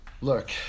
Look